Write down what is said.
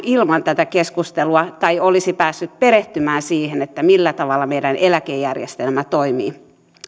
ilman tätä keskustelua päässyt perehtymään siihen millä tavalla meidän eläkejärjestelmä toimii